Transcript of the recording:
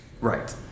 Right